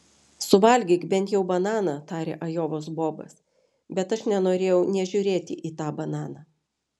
suvalgyk bent jau bananą tarė ajovos bobas bet aš nenorėjau nė žiūrėti į tą bananą